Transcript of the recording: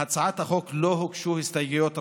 להצעת החוק לא הוגשו הסתייגויות,